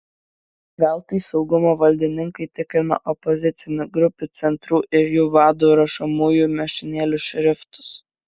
veltui saugumo valdininkai tikrino opozicinių grupių centrų ir jų vadų rašomųjų mašinėlių šriftus